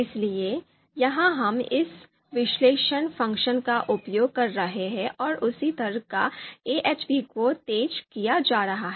इसलिए यहां हम इस विश्लेषण फ़ंक्शन का उपयोग कर रहे हैं और उसी तर्क कार AHPको तेज किया जा रहा है